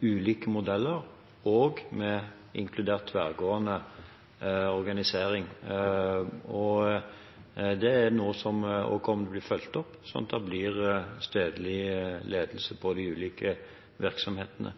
ulike modeller, inkludert tverrgående organisering. Det er noe som kommer til å bli fulgt opp, slik at det blir stedlig ledelse ved de ulike virksomhetene.